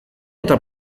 eta